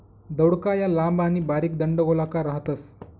दौडका या लांब आणि बारीक दंडगोलाकार राहतस